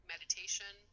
Meditation